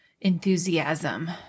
enthusiasm